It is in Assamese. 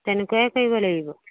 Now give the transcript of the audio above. তেনেকুৱাই কৰিব লাগিব